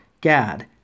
Gad